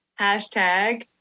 hashtag